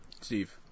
Steve